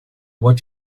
what